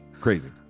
crazy